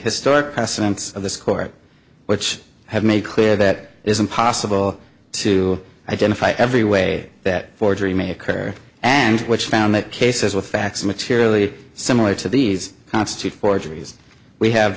historic precedents of this court which have made clear that it is impossible to identify every way that forgery may occur and which found that cases with facts materially similar to these constitute forgeries we have